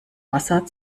wasser